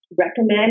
recommend